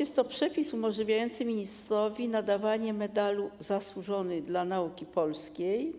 Jest to przepis umożliwiający ministrowi nadawanie Medalu ˝Zasłużony dla Nauki Polskiej